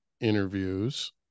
interviews